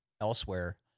elsewhere